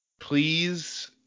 Please